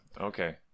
Okay